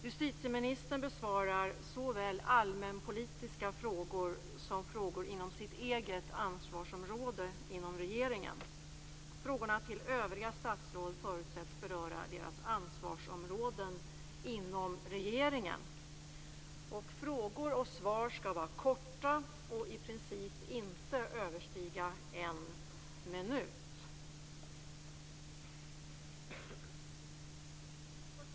Justitieministern besvarar såväl allmänpolitiska frågor som frågor inom sitt eget ansvarsområde inom regeringen. Frågorna till övriga statsråd förutsätts beröra deras ansvarsområden inom regeringen. Frågor och svar skall vara korta och i princip inte överstiga en minut.